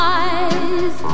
eyes